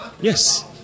Yes